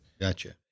Gotcha